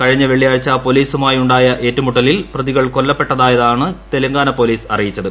കഴിഞ്ഞ വെള്ളിയാഴ്ച പോലീസുമായുണ്ടായ ഏറ്റുമുട്ടലിൽ പ്രതികൾ കൊല്ലപ്പെട്ടതായാണ് തെലങ്കാന പോലീസ് അറിയിച്ചത്